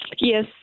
Yes